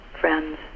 friends